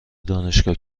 دانشگاه